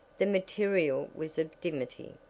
the material was of dimity,